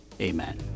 amen